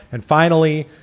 and finally,